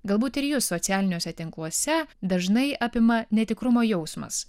galbūt ir jus socialiniuose tinkluose dažnai apima netikrumo jausmas